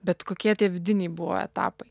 bet kokie tie vidiniai buvo etapai